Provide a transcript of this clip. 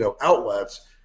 outlets